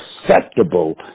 acceptable